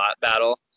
battle